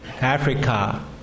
Africa